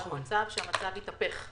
כלומר, המצב התהפך.